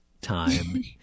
time